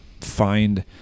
find